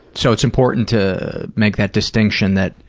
so, it's important to make that distinction that,